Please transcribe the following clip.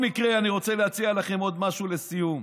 אבל בכל מקרה, אני רוצה להציע לכם עוד משהו לסיום.